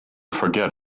forget